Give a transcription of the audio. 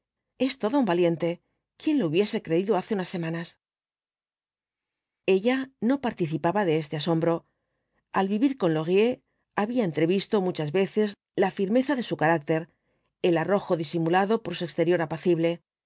es todo un valiente quién lo hubiese creído hace unas semanas ella no participaba de este asombro al vivir con laurier había entrevisto muchas veces la firmeza de su carácter el arrojo disimulado por su exterior apacible por